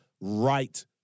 right